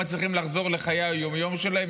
והם לא מצליחים לחזור לחיי היום-יום שלהם,